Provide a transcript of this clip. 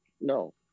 no